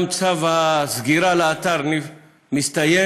גם צו הסגירה לאתר מסתיים,